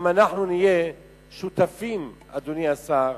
גם אנחנו נהיה שותפים, אדוני השר,